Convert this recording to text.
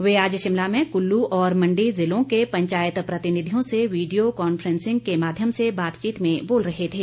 वे आज शिमला में कुल्लू और मण्डी ज़िलों के पंचायत प्रतिनिधियों से वीडियो कॉन्फ्रेंसिंग के माध्यम से बातचीत में बोल रहे थे